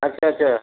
अच्छा अच्छा